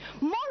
more